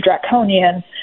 draconian